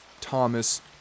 Thomas